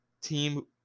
team